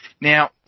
Now